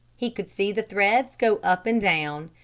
he could see the threads go up and down.